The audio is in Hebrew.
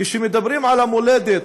כשמדברים על המולדת,